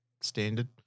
standard